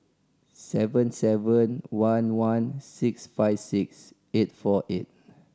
seven seven one one six five six eight four eight